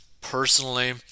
personally